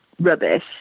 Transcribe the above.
rubbish